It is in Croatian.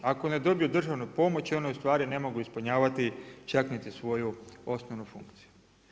Ako ne dobiju državnu pomoć one ne mogu ispunjavati čak niti svoju osnovnu funkciju.